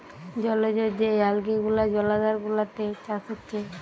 জলজ যে অ্যালগি গুলা জলাধার গুলাতে চাষ হচ্ছে